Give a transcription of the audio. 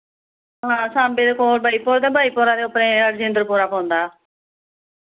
हां साम्बे दे कोल बाइपुर ते बाइपुरे दे उप्परें रजिंदरपुरा पौंदा